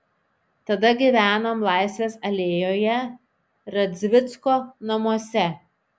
tada gyvenom laisvės alėjoje radzvicko namuose